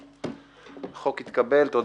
הצבעה בעד הצעת החוק בכפוף לשינויים שנאמרו לפרוטוקול 5